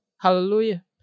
Hallelujah